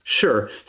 Sure